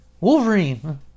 Wolverine